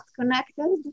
connected